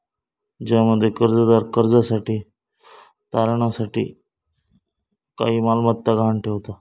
ज्यामध्ये कर्जदार कर्जासाठी तारणा साठी काही मालमत्ता गहाण ठेवता